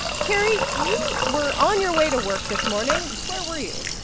carrie, you were on your way to work this morning. where were you?